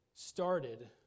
Started